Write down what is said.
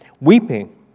weeping